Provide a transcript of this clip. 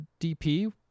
DP